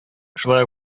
шулай